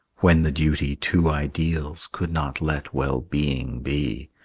when the duty to ideals could not let well-being be.